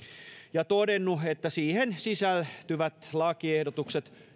ja todennut että siihen sisältyvät lakiehdotukset